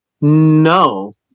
No